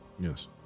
Yes